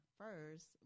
first